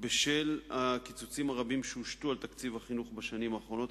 בשל הקיצוצים הרבים שהושתו על תקציב החינוך בשנים האחרונות,